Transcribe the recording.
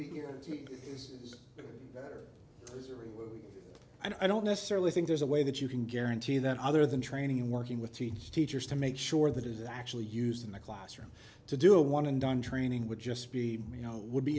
is better as a rule i don't necessarily think there's a way that you can guarantee that other than training and working with teachers to make sure that is actually used in the classroom to do one and done training would just be you know would be